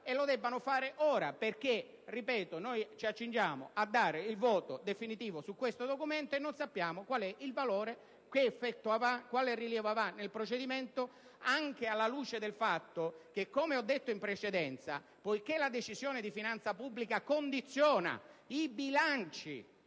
e lo debbano fare ora, perché ci accingiamo a dare il voto definitivo su questo documento e non sappiamo qual è il suo valore, quale effetto e quale rilievo avrà nel procedimento. Ciò, anche alla luce del fatto che, come ho detto in precedenza, la Decisione di finanza pubblica condiziona i bilanci